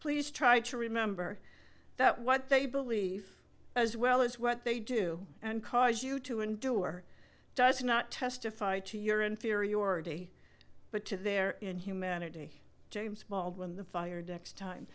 please try to remember that what they believe as well as what they do and cause you to endure does not testify to your inferiority but to their inhumanity james baldwin the fire decks time